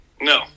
No